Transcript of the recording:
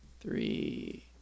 Three